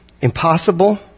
Impossible